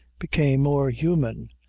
became more human,